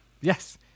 Yes